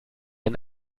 ein